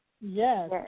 Yes